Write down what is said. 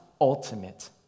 ultimate